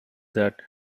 that